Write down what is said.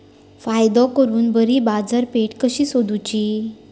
फायदो करून बरी बाजारपेठ कशी सोदुची?